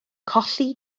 colli